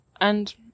And-